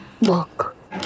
look